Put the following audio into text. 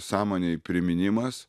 sąmonei priminimas